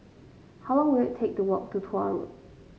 how long will it take to walk to Tuah Road